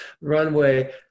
runway